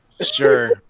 Sure